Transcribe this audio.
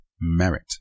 merit